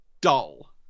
dull